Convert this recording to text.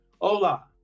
hola